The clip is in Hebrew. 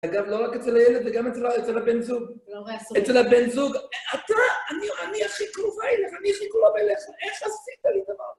אגב, לא רק אצל הילד, וגם אצל הבן זוג. לא רואה סופר. אצל הבן זוג, אתה, אני הכי קרובה אליך, אני הכי קרובה אליך, איך עשית לי דבר?